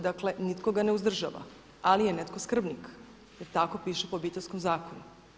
Dakle, nitko ga ne uzdržava, ali je netko skrbnik jer tako piše po Obiteljskom zakonu.